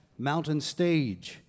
mountainstage